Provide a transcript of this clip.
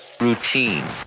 routine